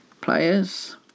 players